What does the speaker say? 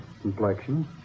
complexion